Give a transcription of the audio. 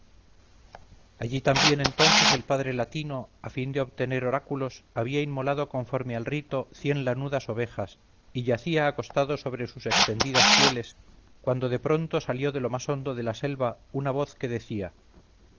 allí también entonces el padre latino a fin de obtener oráculos había inmolado conforme al rito cien lanudas ovejas y yacía acostado sobre sus extendidas pieles cuando de pronto salió de lo más hondo de la selva una voz que decía